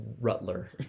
rutler